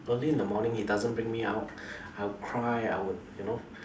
early in the morning he doesn't bring me out I would cry I would you know